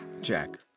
Jack